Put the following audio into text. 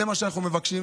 זה מה שאנחנו מבקשים.